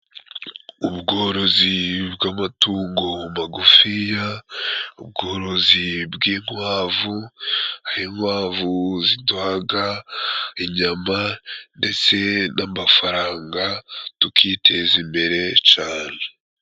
Ubworozi bw'amatungo magufiya, ubworozi bw'inkwavu, aho inkwavu ziduhaga inyama ndetse n'amafaranga tukiteza imbere cane.